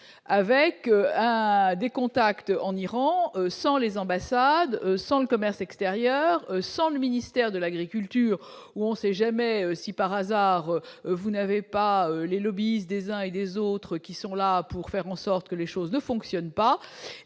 avec un des contacts en Iran sans les ambassades sans le commerce extérieur semble ministre. Faire de l'agriculture, où on sait jamais si par hasard vous n'avez pas les lobbies s'des uns et des autres qui sont là pour faire en sorte que les choses ne fonctionnent pas